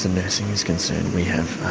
um nursing is concerned we have